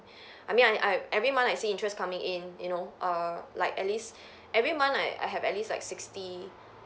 I mean I I every month I see interest coming in you know err like at least every month I I have at least like sixty